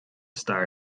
stair